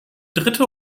dritte